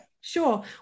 Sure